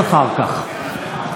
הכנסת של אבא שלך.